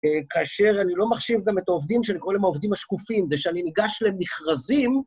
כאשר אני לא מחשיב גם את העובדים שאני קורא למה העובדים השקופים, זה שאני ניגש למכרזים...